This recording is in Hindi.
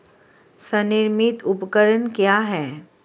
स्वनिर्मित उपकरण क्या है?